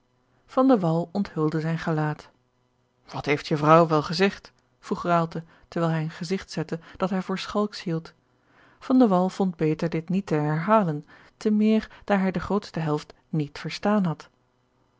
onthulde zijn gelaat wat heeft je vrouw wel gezegd vroeg raalte terwijl hij een gezigt zette dat hij voor schalksch hield van de wall vond beter dit niet te herhalen te meer daar hij de grootste helft niet verstaan had